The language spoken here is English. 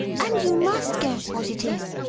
and you must guess what it is.